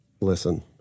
listen